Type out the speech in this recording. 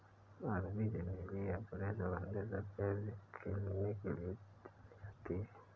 अरबी चमेली अपने सुगंधित सफेद खिलने के लिए जानी जाती है